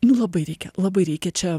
nu labai reikia labai reikia čia